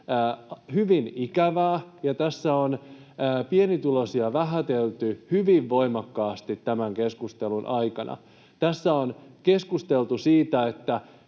hyvin ikävää, ja tässä on pienituloisia vähätelty hyvin voimakkaasti tämän keskustelun aikana. Tässä on keskusteltu siitä, että